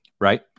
right